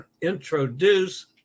introduce